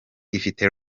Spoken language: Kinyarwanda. ifite